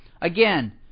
Again